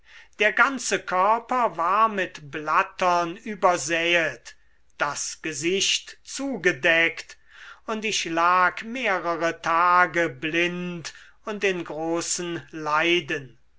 der ganze körper war mit blattern übersäet das gesicht zugedeckt und ich lag mehrere tage blind und in großen leiden